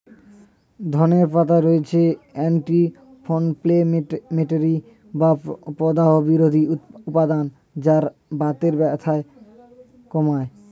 ধনে পাতায় রয়েছে অ্যান্টি ইনফ্লেমেটরি বা প্রদাহ বিরোধী উপাদান যা বাতের ব্যথা কমায়